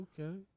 Okay